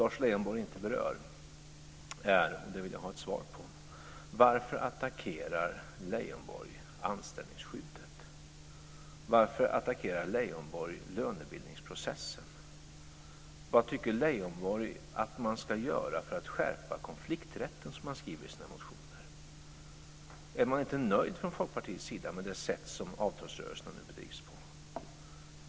Jag vill ha svar på en fråga som Lars Leijonborg inte berör: Varför attackerar Leijonborg anställningsskyddet? Varför attackerar Leijonborg lönebildningsprocessen? Vad tycker Leijonborg att man ska göra för att skärpa konflikträtten, som man skriver i sina motioner? Är man inte från Folkpartiets sida nöjd med det sätt som avtalsrörelserna nu bedrivs på?